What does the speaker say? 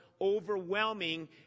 overwhelming